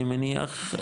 אני מניח,